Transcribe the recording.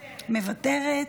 מוותרת,